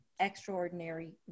extraordinary